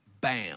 Bam